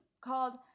called